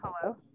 Hello